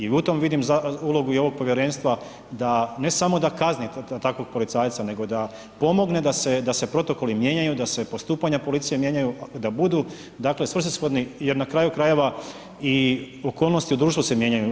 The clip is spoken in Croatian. I u tom vidim ulogu ovog povjerenstva da ne samo da kazni takvog policajca nego da pomogne da se protokoli mijenjaju, da se postupanja policije mijenjaju, da budu svrsishodni jer na kraju krajeva i okolnosti u društvu se mijenjaju.